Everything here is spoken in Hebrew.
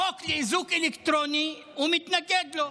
חוק איזוק אלקטרוני, הוא מתנגד לו,